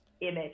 image